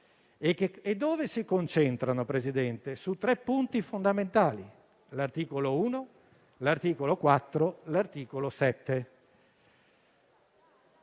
Essi si concentrano, signor Presidente, su tre punti fondamentali: l'articolo 1, l'articolo 4 e l'articolo 7.